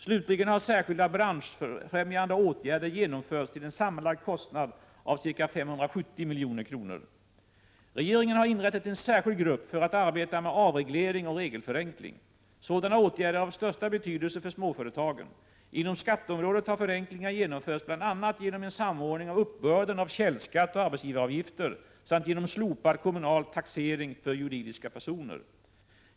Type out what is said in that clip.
Slutligen har särskilda branschfrämjande åtgärder genomförts till en sammanlagd kostnad av ca 570 milj.kr. Regeringen har inrättat en särskild grupp för att arbeta med avreglering 47 och regelförenkling. Sådana åtgärder är av största betydelse för småföretagen. Inom skatteområdet har förenklingar genomförts bl.a. genom en samordning av uppbörden av källskatt och arbetsgivaravgifter samt genom slopad kommunal taxering för juridiska personer.